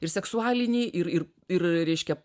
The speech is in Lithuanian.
ir seksualinį ir ir ir reiškia